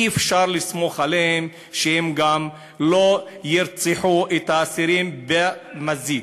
אי-אפשר לסמוך עליהם שהם גם לא ירצחו את האסירים במזיד.